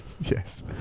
Yes